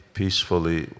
peacefully